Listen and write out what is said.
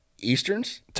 Easterns